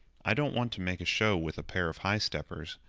i don't want to make a show with a pair of high-steppers.